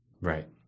Right